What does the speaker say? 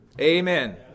amen